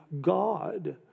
God